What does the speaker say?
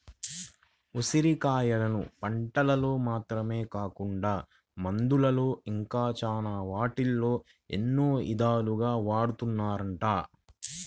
ఉసిరి కాయలను వంటకాల్లో మాత్రమే కాకుండా మందుల్లో ఇంకా చాలా వాటిల్లో ఎన్నో ఇదాలుగా వాడతన్నారంట